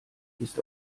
ist